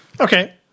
Okay